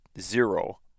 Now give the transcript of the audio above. zero